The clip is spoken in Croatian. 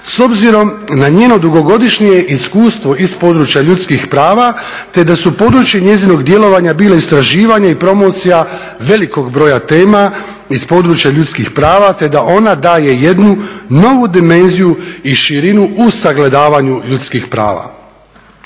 s obzirom na njeno dugogodišnje iskustvo iz područja ljudskih prava, te da su područje njezinog djelovanja bile istraživanje i promocija velikog broja tema iz područja ljudskih prava, te da ona daje jednu novu dimenziju i širinu u sagledavanju ljudskih prava.